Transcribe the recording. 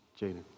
Jaden